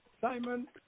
Simon